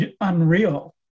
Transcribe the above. unreal